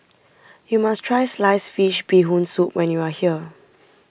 you must try Sliced Fish Bee Hoon Soup when you are here